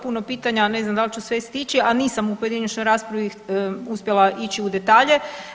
Puno pitanja, ne znam da li ću sve stići, a nisam u pojedinačnoj raspravi uspjela ići u detalje.